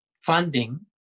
funding